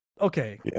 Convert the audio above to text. Okay